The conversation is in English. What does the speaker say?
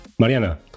Mariana